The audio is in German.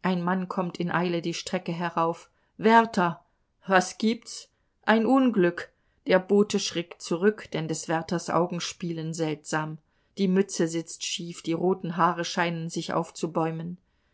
ein mann kommt in eile die strecke herauf wärter was gibt's ein unglück der bote schrickt zurück denn des wärters augen spielen seltsam die mütze sitzt schief die roten haare scheinen sich aufzubäumen